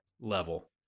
level